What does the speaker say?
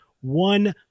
one